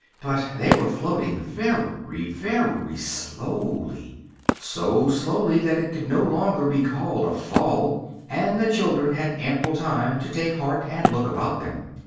but they were floating very, very slowly so slowly that it could no longer be called a fall and the children had ample time to take heart and look about them.